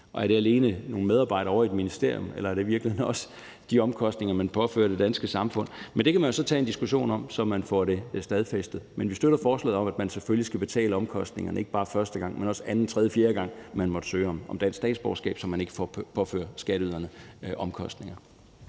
er. Er det alene nogle medarbejdere ovre i et ministerium, eller er det i virkeligheden også de omkostninger, man påfører det danske samfund? Men det kan vi så tage en diskussion om, så man får det stadfæstet. Vi støtter forslaget om, at man selvfølgelig skal betale omkostningerne, ikke bare første gang, men også anden, tredje og fjerde gang, man måtte søge om dansk statsborgerskab, så man ikke påfører skatteyderne omkostninger.